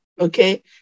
Okay